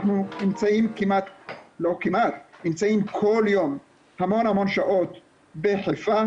אנחנו נמצאים כל יום המון המון שעות בחיפה,